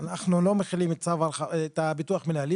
אנחנו לא מחילים את הביטוח מנהלים,